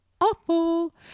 awful